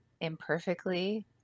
imperfectly